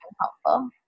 helpful